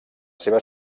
seva